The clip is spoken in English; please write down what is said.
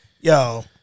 Yo